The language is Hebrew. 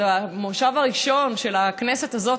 במושב הראשון של הכנסת הזאת,